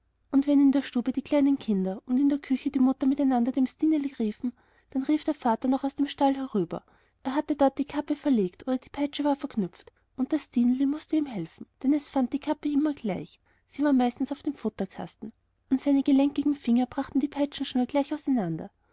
und wenn in der stube die kleinen kinder und in der küche die mutter miteinander dem stineli riefen dann rief der vater noch aus dem stall herüber er hatte dort die kappe verlegt oder die peitsche war verknüpft und das stineli mußte ihm helfen denn es fand die kappe immer gleich sie war meistens auf dem futterkasten und seine gelenkigen finger brachten die peitschenschnur gleich auseinander